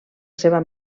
seva